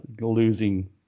losing